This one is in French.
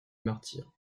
martyre